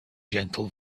gentle